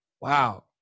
Wow